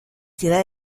ciudad